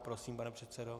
Prosím, pane předsedo.